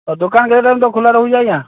ଦୋକାନ କେତେଟା ପର୍ଯ୍ୟନ୍ତ ଖୋଲା ରହୁଛି ଆଜ୍ଞା